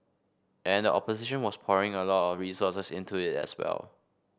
and the opposition was pouring a lot of resources into it as well